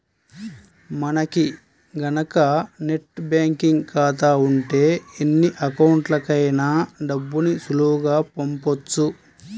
మనకి గనక net banking ఖాతా ఉంటే ఎన్ని అకౌంట్లకైనా డబ్బుని సులువుగా పంపొచ్చు